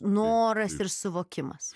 noras ir suvokimas